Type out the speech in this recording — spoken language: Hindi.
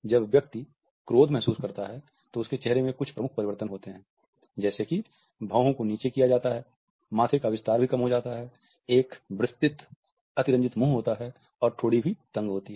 जब व्यक्ति क्रोध महसूस करता है तो उसके चेहरे में कुछ प्रमुख परिवर्तन होते हैं है जैसे कि भौंहों को नीचे किया जाता है माथे का विस्तार भी कम हो जाता है एक विस्तृत अतिरंजित मुंह होता है और ठोड़ी भी तंग होती है